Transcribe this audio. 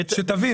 שתבין,